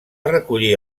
recollir